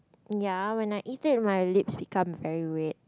ya when I eat it my lips become very red